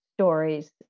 stories